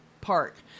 Park